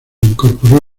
incorporó